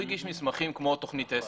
הוא הגיש מסמכים כמו תוכנית עסק.